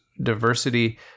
diversity